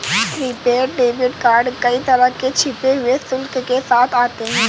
prepaid debit card कई तरह के छिपे हुए शुल्क के साथ आते हैं